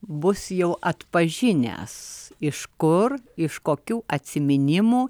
bus jau atpažinęs iš kur iš kokių atsiminimų